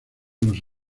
los